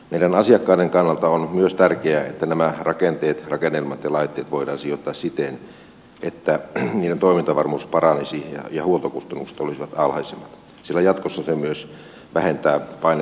meidän asiakkaiden kannalta on myös tärkeää että nämä rakenteet rakennelmat ja laitteet voidaan sijoittaa siten että niiden toimintavarmuus paranisi ja huoltokustannukset olisivat alhaisemmat sillä jatkossa se myös vähentää vain